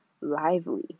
lively